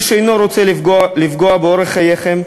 איש אינו רוצה לפגוע באורח חייכם.